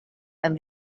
and